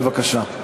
בבקשה.